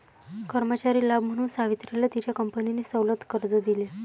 कर्मचारी लाभ म्हणून सावित्रीला तिच्या कंपनीने सवलत कर्ज दिले